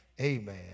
amen